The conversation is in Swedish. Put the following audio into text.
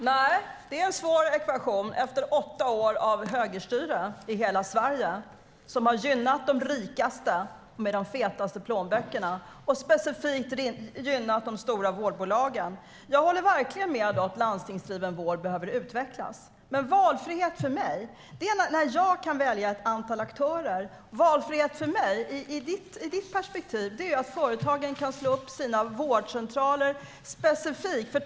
Herr talman! Nej, det är en svår ekvation efter åtta år av högerstyre i hela Sverige, vilket har gynnat de rikaste med de fetaste plånböckerna och specifikt gynnat de stora vårdbolagen. Jag håller verkligen med om att landstingsdriven vård behöver utvecklas, men valfrihet för mig är när jag kan välja mellan ett antal aktörer. Valfrihet i ditt perspektiv, Anders W Jonsson, är när företagen kan slå upp sina vårdcentraler där folk mår som bäst.